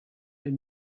bep